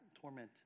torment